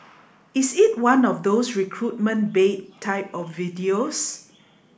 is it one of those recruitment bait type of videos